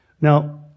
Now